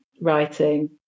writing